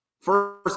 first